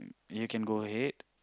you can go ahead